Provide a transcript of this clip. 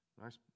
Nice